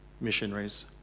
missionaries